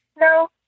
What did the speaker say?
No